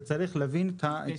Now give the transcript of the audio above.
שצריך להבין את ה --- כן,